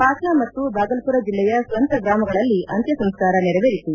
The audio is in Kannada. ಪಾಟ್ನಾ ಮತ್ತು ಬಾಗಲ್ಪುರ್ ಜಿಲ್ಲೆಯ ಸ್ವಂತ ಗ್ರಾಮಗಳಲ್ಲಿ ಅಂತ್ಯಸಂಸ್ಕಾರ ನೆರವೇರಿತು